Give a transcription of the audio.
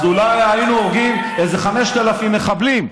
אז אולי היינו הורגים איזה 5,000 מחבלים,